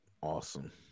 awesome